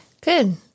Good